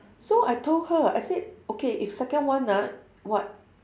so I told her I said okay if second one ah what